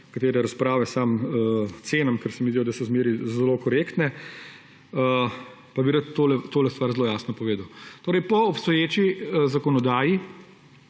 katere razprave sam cenim, ker se mi zdijo, da so zmeraj zelo korektne, pa bi rad tole stvar zelo jasno povedal. Po obstoječi zakonodaji